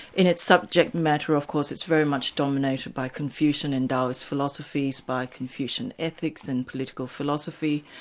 in its subject matter of course, it's very much dominated by confucian and taoist philosophies, by confucian ethics and political philosophy,